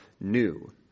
new